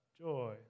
joy